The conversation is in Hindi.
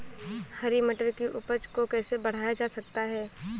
हरी मटर की उपज को कैसे बढ़ाया जा सकता है?